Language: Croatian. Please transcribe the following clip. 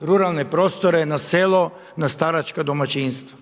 ruralne prostore, na selo, na staračka domaćinstva,